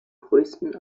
größten